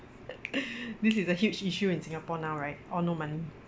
this is a huge issue in singapore now right all no money